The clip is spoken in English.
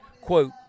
quote